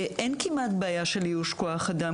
אין כמעט בעיה של איוש כוח-אדם,